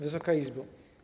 Wysoka Izbo!